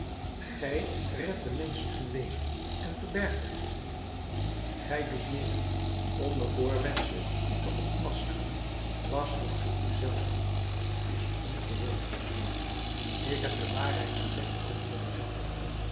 gij redt den menschen het leven en verbergt het hun gij doet meer onder voorwendsel u te ontmaskeren lastert ge u zelven t is ongehoord ik heb de waarheid gezegd antwoordde